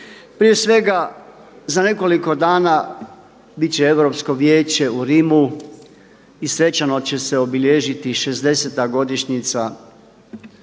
Prije svega za nekoliko dana biti će Europsko vijeće u Rimu i svečano će se obilježiti 60-ta godišnjica